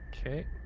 Okay